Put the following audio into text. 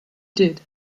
did